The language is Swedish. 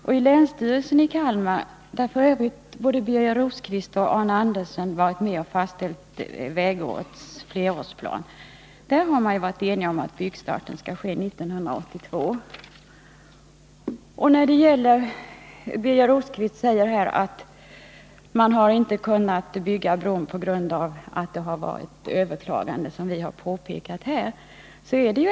Och i länsstyrelsen i Kalmar, där f. ö. både Birger Rosqvist och Arne Andersson varit med och fastställt flerårsplan, har man ju varit enig om att byggstarten skall ske 1982. Birger Rosqvist säger att man inte har kunnat bygga bron tidigare på grund av det överklagande som vi har talat om här.